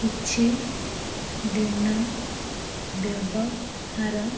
କିଛି ଦିନ ବ୍ୟବହାର